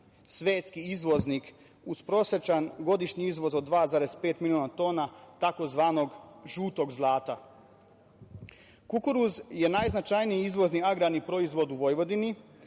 svetski izvoznik, uz prosečan godišnji izvoz od 2,5 miliona tona tzv. žutog zlata. Kukuruz je najznačajniji izvozni agrarni proizvod u Vojvodini,